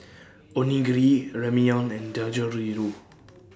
Onigiri Ramyeon and Dangoriru